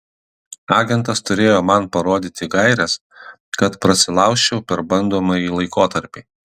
agentas turėjo man parodyti gaires kad prasilaužčiau per bandomąjį laikotarpį